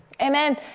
Amen